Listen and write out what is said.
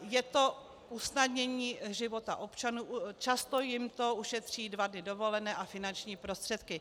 Je to usnadnění života občanů, často jim to ušetří dva dny dovolené a finanční prostředky.